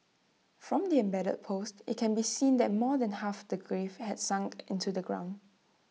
from the embedded post IT can be seen that more than half the grave had sunk into the ground